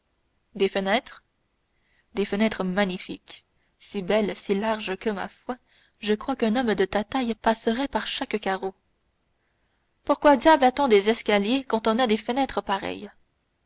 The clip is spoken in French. des fenêtres des fenêtres magnifiques si belles si larges que ma foi oui je crois qu'un homme de ta taille passerait par chaque carreau pourquoi diable a-t-on des escaliers quand on a des fenêtres pareilles